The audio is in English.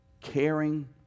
caring